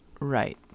right